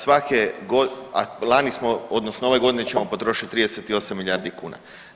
Svake, a lani smo odnosno ove godine ćemo potrošiti 38 milijardi kuna.